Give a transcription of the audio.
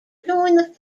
joined